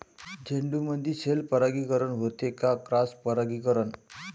झेंडूमंदी सेल्फ परागीकरन होते का क्रॉस परागीकरन?